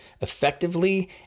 effectively